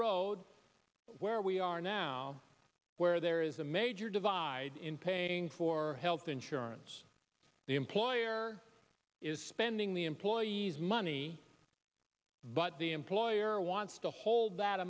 road where we are now where there is a major divide in paying for health insurance the employer is spending the employees money but the employer wants to hold that